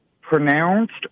pronounced